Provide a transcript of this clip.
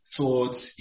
thoughts